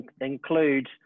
include